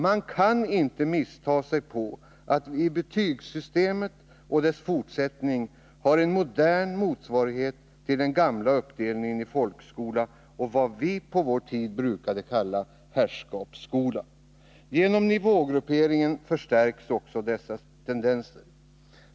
Man kan inte missta sig på att vi i betygssystemet och dess fortsättning har en modern motsvarighet till den gamla uppdelningen i folkskola och vad vi på vår tid brukade kalla ”herrskapsskola”. Genom nivågrupperingen förstärks dessa tendenser.